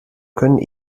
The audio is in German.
können